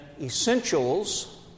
essentials